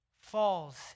falls